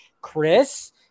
Chris